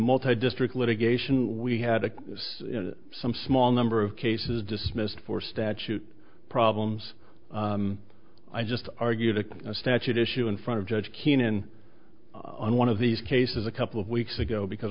multi district litigation we had a small number of cases dismissed for statute problems i just argued a statute issue in front of judge keenan on one of these cases a couple of weeks ago because